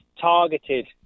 targeted